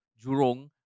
Jurong